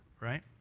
right